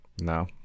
no